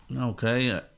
Okay